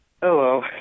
Hello